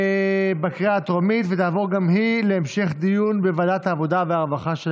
ותעבור להמשך דיון בוועדת העבודה והרווחה.